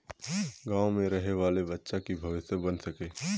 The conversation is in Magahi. गाँव में रहे वाले बच्चा की भविष्य बन सके?